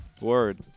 Word